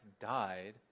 died